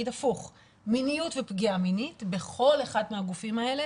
מיניות ופגיעה מינית בכל אחד מהגופים האלה